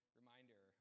reminder